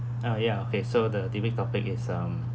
ah ya okay so the debate topic is um